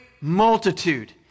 multitude